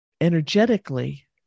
energetically